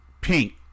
pink